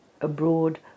abroad